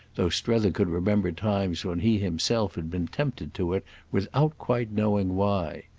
though strether could remember times when he himself had been tempted to it without quite knowing why.